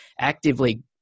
actively